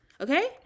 okay